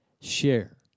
share